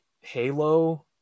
Halo